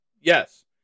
Yes